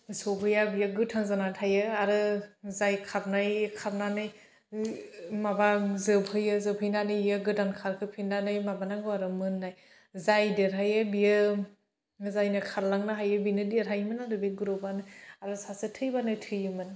सहैया बेयो गोथां जानानै थायो आरो जाय खारनाय खारनानै माबा जोबहैयो जोबहैनानै बियो गोदान खारहो फिननानै माबा नांगौ आरो मोन्नाय जाय देरहायो बियो जायनो खारलांनो हायो बेनो देरहायोमोन आरो बे ग्रुबानो आरो सासे थैबानो थैयोमोन